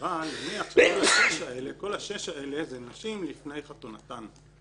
אבל נניח שכל השש האלה זה נשים לפני חתונתן.